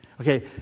Okay